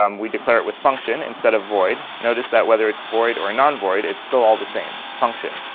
um we declare it with function instead of void. notice that whether it's void or non-void, it's still all the same function.